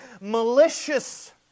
malicious